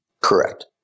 Correct